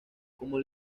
como